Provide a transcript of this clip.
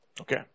Okay